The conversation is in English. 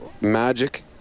magic